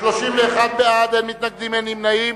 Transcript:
31 בעד, אין מתנגדים ואין נמנעים.